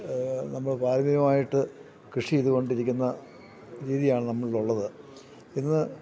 നമ്മൾ പാരമ്പര്യമായിട്ട് കൃഷി ചെയ്ത് കൊണ്ടിരിക്കുന്ന രീതിയാണ് നമ്മളിൽ ഉള്ളത് ഇന്ന്